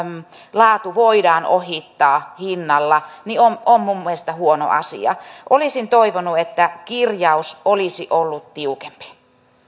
laatu voidaan ohittaa hinnalla on on minun mielestäni huono asia olisin toivonut että kirjaus olisi ollut tiukempi